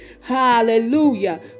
Hallelujah